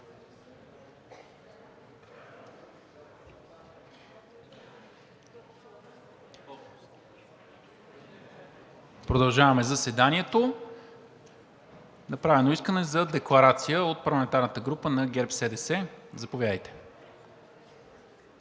продължаваме заседанието. Направено е искане за декларация от парламентарната група на ГЕРБ-СДС – заповядайте.